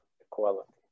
equality